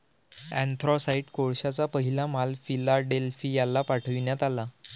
anthracite कोळशाचा पहिला माल फिलाडेल्फियाला पाठविण्यात आला